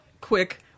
quick